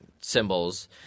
symbols